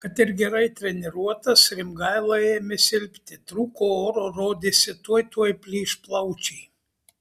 kad ir gerai treniruotas rimgaila ėmė silpti trūko oro rodėsi tuoj tuoj plyš plaučiai